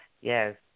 Yes